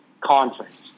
conference